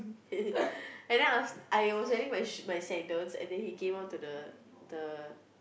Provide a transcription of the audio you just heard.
and then I I was wearing my sandals and then he came up to the the